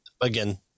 again